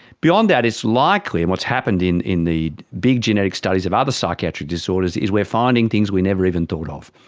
beyond that it's likely and what's happened in in the big genetic studies of other psychiatric disorders is we are finding things we never even thought of,